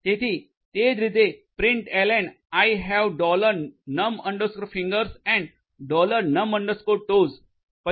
તેથી તે જ રીતે println I have dollar num fingers and dollar num ટોprintln I have num fingers fingers and num toes toes